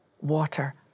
water